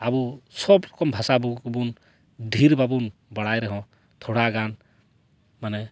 ᱟᱵᱚ ᱥᱚᱵᱽ ᱨᱚᱠᱚᱢ ᱵᱷᱟᱥᱟ ᱵᱚ ᱠᱚᱵᱚᱱ ᱰᱷᱮᱨ ᱵᱟᱵᱚᱱ ᱵᱟᱲᱟᱭ ᱨᱮᱦᱚᱸ ᱛᱷᱚᱲᱟᱜᱟᱱ ᱢᱟᱱᱮ